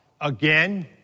again